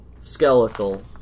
Skeletal